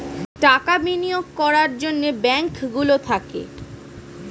টাকা বিনিয়োগ করার জন্যে ব্যাঙ্ক গুলো থাকে